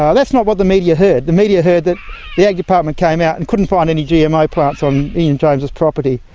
um that's not what the media heard, the media heard that the ag department came out and couldn't find any gmo plants on ian james' property.